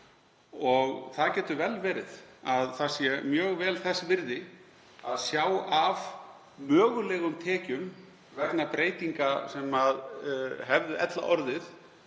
Það getur vel verið að það sé mjög vel þess virði að sjá af mögulegum tekjum vegna breytinga sem hefðu ella orðið